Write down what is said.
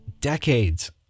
decades